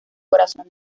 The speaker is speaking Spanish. corazón